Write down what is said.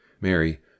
Mary